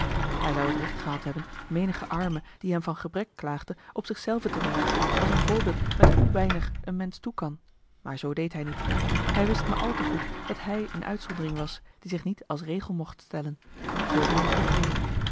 hij zou het recht gehad hebben menigen arme die hem van gebrek klaagde op zich zelven te wijzen als een voorbeeld met hoe weinig een mensch toe kan maar zoo deed hij niet hij wist maar al te goed dat hij eene uitzondering was die zich niet als regel mocht stellen veel min opdringen